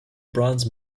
bronze